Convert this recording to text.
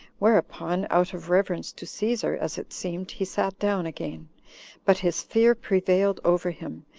whereupon, out of reverence to caesar, as it seemed, he sat down again but his fear prevailed over him,